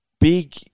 big –